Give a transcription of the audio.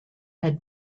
had